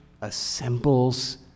assembles